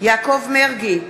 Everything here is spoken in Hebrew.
יעקב מרגי,